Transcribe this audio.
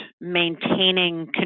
maintaining